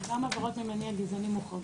עבירות ממניע גזעני מוחרגות.